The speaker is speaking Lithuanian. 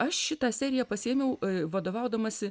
aš šitą seriją pasiėmiau vadovaudamasi